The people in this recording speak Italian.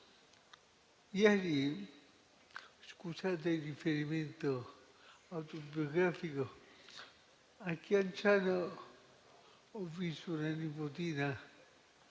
Scusate il riferimento autobiografico; ieri a Chianciano ho visto una nipotina,